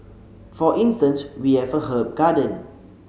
for instance we have a herb garden